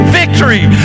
victory